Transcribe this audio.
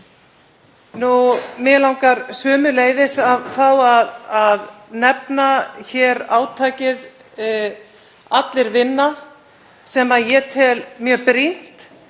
Mig langar sömuleiðis að fá að nefna hér átakið Allir vinna sem ég tel mjög brýnt